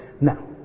Now